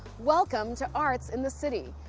welcome to arts in the city.